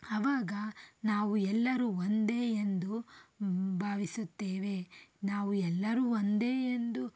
ಆವಾಗ ನಾವು ಎಲ್ಲರು ಒಂದೇ ಎಂದು ಭಾವಿಸುತ್ತೇವೆ ನಾವು ಎಲ್ಲರು ಒಂದೇ ಎಂದು